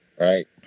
right